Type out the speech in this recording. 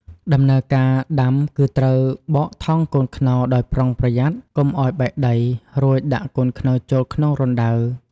ដំណើរការដាំគឺត្រូវបកថង់កូនខ្នុរដោយប្រុងប្រយ័ត្នកុំឲ្យបែកដី រួចដាក់កូនខ្នុរចូលក្នុងរណ្តៅ។